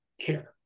care